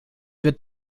wird